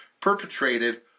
perpetrated